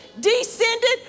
descended